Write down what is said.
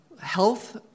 health